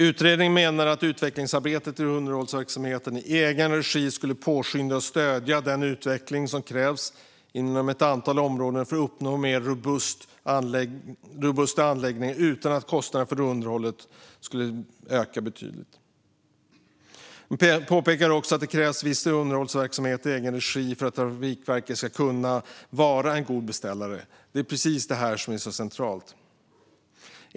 Utredningen menar att ett utvecklingsarbete i en underhållsverksamhet i egen regi skulle påskynda och stödja den utveckling som krävs inom ett antal områden för att uppnå en mer robust anläggning utan att kostnaderna för underhållet skulle öka betydligt. Den pekar också på att det krävs viss underhållsverksamhet i egen regi för att Trafikverket ska kunna vara en god beställare. Det är precis detta som är så centralt.